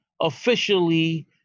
officially